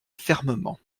fermement